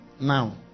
now